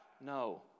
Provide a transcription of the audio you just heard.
No